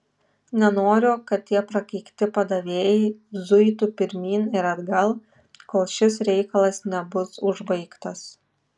nenoriu kad tie prakeikti padavėjai zuitų pirmyn ir atgal kol šis reikalas nebus užbaigtas